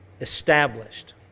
established